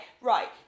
right